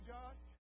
Josh